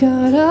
God